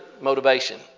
motivation